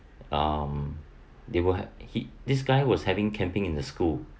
um they will have he this guy was having camping in the school